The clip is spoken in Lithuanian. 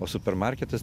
o supermarketas